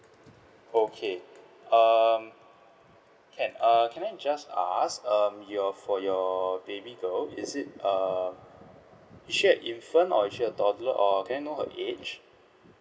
okay um can err can I just ask um your for your baby girl is it err is she an infant or she's a toddler or can I know her age